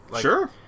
Sure